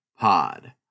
pod